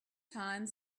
time